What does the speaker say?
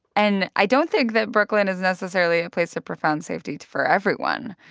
and i don't think that brooklyn is necessarily a place of profound safety for everyone.